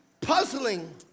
puzzling